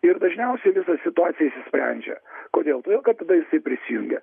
ir dažniausiai visa situacija išsisprendžia kodėl todėl kad tada jisai prisijungia